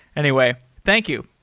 anyway, thank you.